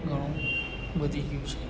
ઘણું વધી ગયું છે